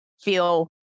feel